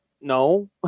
no